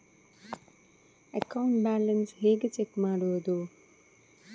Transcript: Account balance ಹೇಗೆ check ಮಾಡುವುದು?